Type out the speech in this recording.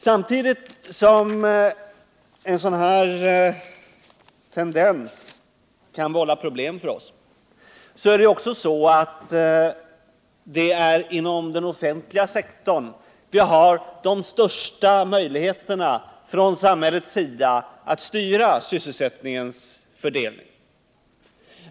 Samtidigt som en sådan här tendens kan vålla problem för oss är det ju också inom den offentliga sektorn som vi har de största möjligheterna att från samhällets sida styra sysselsättningsfördelningen.